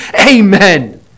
Amen